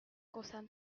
concerne